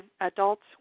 adults